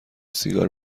سیگار